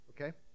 Okay